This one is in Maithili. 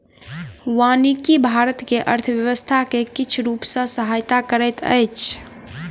वानिकी भारत के अर्थव्यवस्था के किछ रूप सॅ सहायता करैत अछि